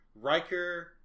Riker